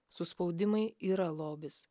suspaudimai yra lobis